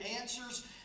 answers